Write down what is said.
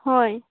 ꯍꯣꯏ